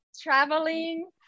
traveling